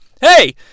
Hey